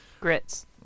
Grits